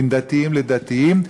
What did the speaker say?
בין דתיים לדתיים,